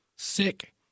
Sick